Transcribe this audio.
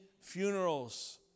funerals